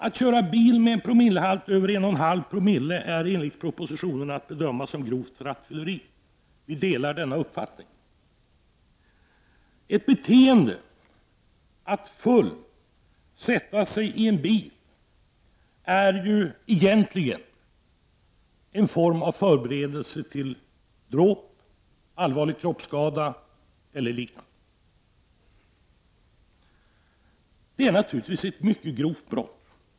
Att köra bil med en promillehalt på över 1,5 är enligt propositionen att bedöma som grovt rattfylleri. Vi delar denna uppfattning. Att full sätta sig i en bil är egentligen en form av förberedelse för dråp, allvarlig kroppsskada eller liknande. Det är naturligtvis ett mycket grovt brott.